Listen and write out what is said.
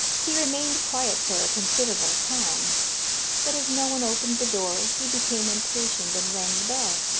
he remained quiet for a considerable time but as no one opened the door, he became impatient, and rang the bell